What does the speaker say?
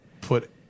put